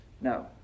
No